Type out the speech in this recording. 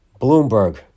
Bloomberg